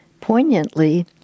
poignantly